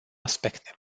aspecte